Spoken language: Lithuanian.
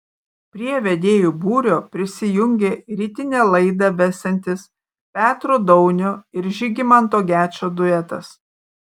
prie vedėjų būrio prisijungė rytinę laidą vesiantis petro daunio ir žygimanto gečo duetas